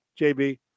JB